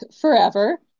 forever